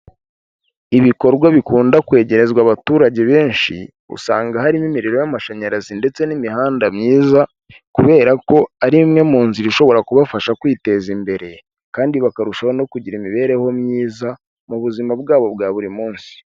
Ibikorwa bikunda kwegerezwa abaturage benshi, usanga harimo imiriro y'amashanyarazi ndetse n'imihanda myiza kubera ko ari imwe mu nzira ishobora kubafasha kwiteza imbere kandi bakarushaho no kugira imibereho myiza, mu buzima bwabo bwa buri munsi.